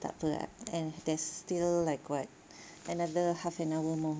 tak apa ah there's still like what another half an hour more